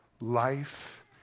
Life